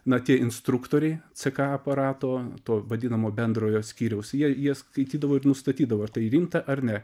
na tie instruktoriai ck aparato to vadinamo bendrojo skyriaus jie jie skaitydavo ir nustatydavo ar tai rimta ar ne